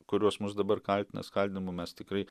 kuriuos mus dabar kaltina skaldymu mes tikrai